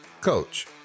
Coach